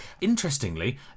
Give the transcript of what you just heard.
Interestingly